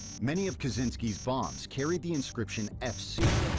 many of kaczynski's bombs carried the inscription fc,